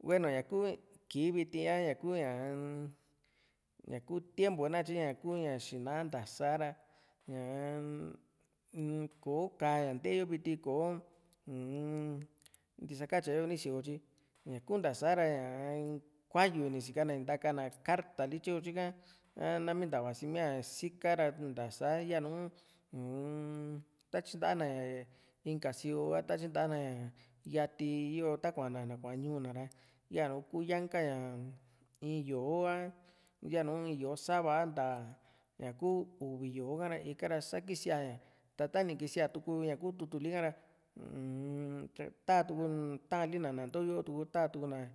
hueno ña ku kii viti a ña kuu´ñaa ñaku tiepo nakatye ñaku ñá xiina nta sá´ra ñaa-n kó ka´a ña nteeyo viti ko uu-n ntiskatyi ña yo nisío tyi ña´k,u ntasara ñaa kua´yu ni sikana ntaka na karta li tyo tyika a nami nta vasi mia siíka ra nta sa´ya nu uu-m ta tyinta na ña inka síoo a ta tyintana ña yati yo ta kuan ná kuaa ñuu na ra yanu kuu yanka ña in yó´o yanu in yó´o sava ntaa ñakú uvi yó´o ka´ra ika´ra sá kísia ña tata ni kisiatuku ña kuu tutulika ra uu-m tatuku ta´an lina ná into yo taatukuna